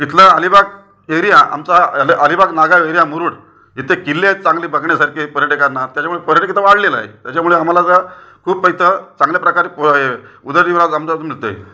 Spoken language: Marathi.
इथला अलिबाग फेरी आमचा अली अलिबाग नागाव एरिया मुरुड इथे किल्ले आहेत चांगले बघण्यासारखे पर्यटकांना त्याच्यामुळे पर्यटक इथं वाढलेला आहे त्याच्यामुळे आम्हाला आता खूप पैसा चांगल्या प्रकारे उदरनिर्वाह आमचा मिळतं आहे